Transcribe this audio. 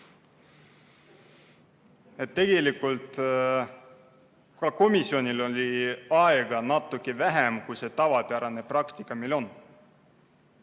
Tegelikult ka komisjonil oli aega natuke vähem, kui on tavapärane praktika.